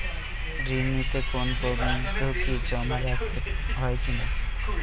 ঋণ নিতে কোনো বন্ধকি জমা রাখতে হয় কিনা?